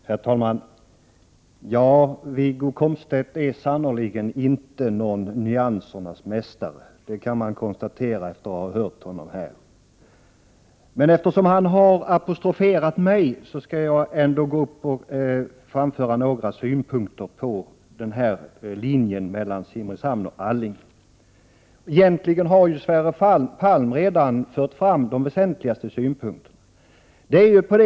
Herr talman! Wiggo Komstedt är sannerligen inte någon nyansernas mästare — det kan man konstatera efter att ha hört honom här. Men eftersom han har apostroferat mig skall jag ändå framföra några synpunkter på linjen Simrishamn-Allinge. Egentligen har Sverre Palm redan fört fram de väsentligaste synpunkterna.